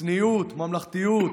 צניעות, ממלכתיות,